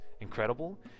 incredible